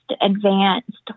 advanced